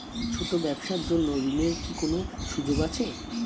ছোট ব্যবসার জন্য ঋণ এর কি কোন সুযোগ আছে?